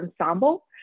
ensemble